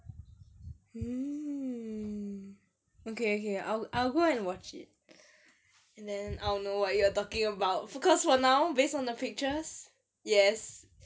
mm okay okay I'll I'll go and watch it and then I'll know what you are talking about focus for now based on the pictures yes